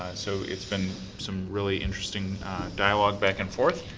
so it's been some really interesting dialogue back and forth.